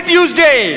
Tuesday